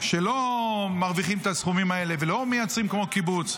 שלא מרוויחים את הסכומים האלה ולא מייצרים כמו קיבוץ,